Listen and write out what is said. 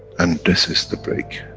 and this is the break,